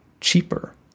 cheaper